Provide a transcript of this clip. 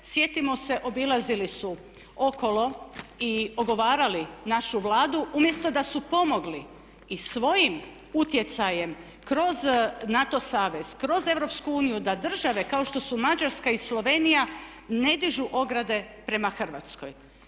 Sjetimo se obilazili su okolo i ogovarali našu Vladu umjesto da su pomogli i svojim utjecajem kroz NATO savez, kroz EU da države kao što su Mađarska i Slovenija ne dižu ograde prema Hrvatskoj.